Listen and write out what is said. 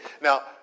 Now